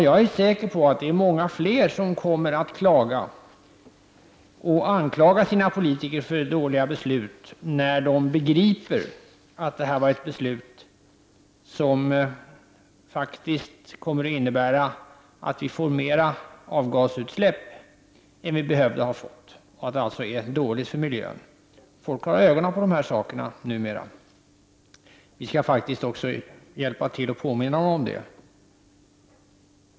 Jag är säker på att många fler kommer att klaga och anklaga sina politiker för dåliga beslut när de begriper att det här var ett beslut som faktiskt kommer att innebära att vi får mera avgasutsläpp än vad vi hade behövt få, vilket är dåligt för miljön. Folk har ögonen öppna för sådana saker. Vi skall faktiskt också hjälpa till att påminna folk om det.